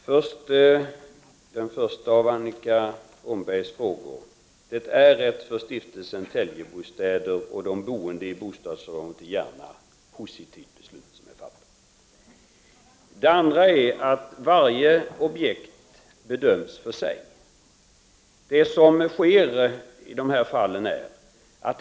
Herr talman! Jag tar den första av Annika Åhnbergs frågor. Det har fattats ett positivt beslut för stiftelsen Telgebostäder och för dem som bor i det ifrågavarande området i Järna. Sedan måste varje objekt bedömas för sig.